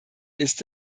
ist